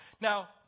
Now